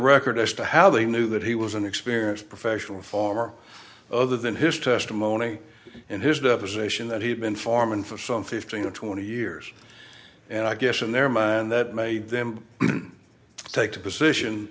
record as to how they knew that he was an experienced professional farmer other than his testimony in his deposition that he had been foreman for some fifteen or twenty years and i guess in their mind that made them take the position